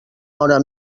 hora